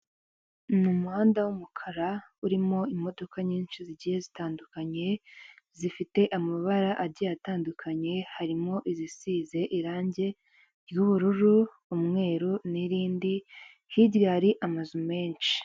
Ni umuhanda w'umukara, urimo imodoka nyinshi zigiye zitandukanye zifite amabara agiye atandukanye, harimo izisize irange ry'ubururu, umweru nirindi, hirya hari amazu menshi.